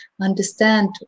understand